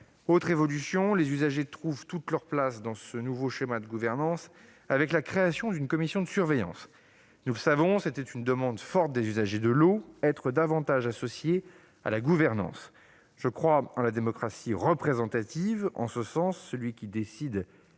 Autre évolution, les usagers trouvent toute leur place dans ce nouveau schéma de gouvernance avec la création d'une commission de surveillance. Nous le savons, il s'agissait d'une demande forte des usagers de l'eau : être davantage associés à cette gouvernance. Je crois en la démocratie représentative. En ce sens, celui qui décide